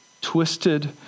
Twisted